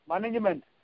management